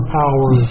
power